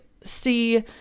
see